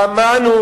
שמענו